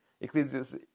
Ecclesiastes